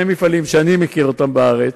אני עונה על הצעה לסדר-היום בנושא מכל האמוניה